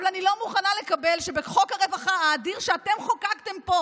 אבל אני לא מוכנה לקבל שבחוק הרווחה האדיר שאתם חוקקתם פה